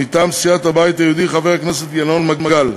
מטעם סיעת הבית היהודי, חבר הכנסת ינון מגל,